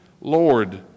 Lord